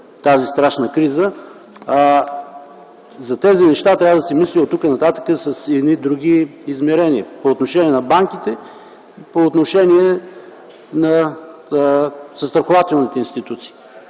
тази страшна криза, за тези неща трябва да се мисли оттук нататък с други измерения по отношение на банките, по отношение на застрахователните институции.